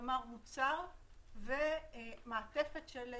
כלומר, מוצר ומעטפת של שירותים.